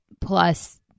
plus